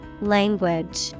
Language